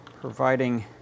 providing